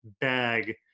bag